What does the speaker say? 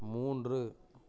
மூன்று